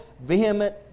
vehement